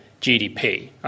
GDP